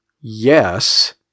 yes